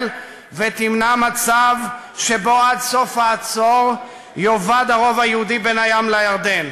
ותמנע מצב שבו עד סוף העשור יאבד הרוב היהודי בין הים לירדן,